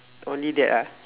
only that ah